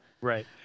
Right